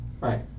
right